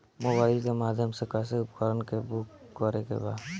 Mobile के माध्यम से कैसे उपकरण के बुक करेके बा?